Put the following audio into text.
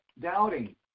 doubting